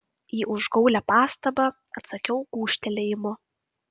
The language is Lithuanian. į užgaulią pastabą atsakiau gūžtelėjimu